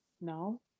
No